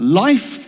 life